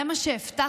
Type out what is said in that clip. זה מה שהבטחתם?